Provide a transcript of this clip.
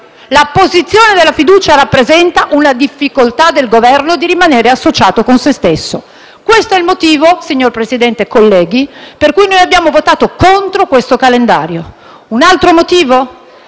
L'apposizione della fiducia rappresenta una difficoltà del Governo di rimanere associato con se stesso. Questo è il motivo, signor Presidente e colleghi, per cui noi abbiamo votato contro questo calendario del lavori. Un altro motivo?